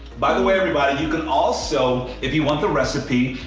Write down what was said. by the way everybody, you can also, if you want the recipe,